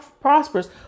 prosperous